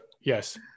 yes